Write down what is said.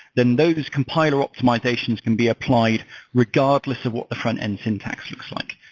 then those compiler optimizations can be applied regardless of what the front-end syntax looks like.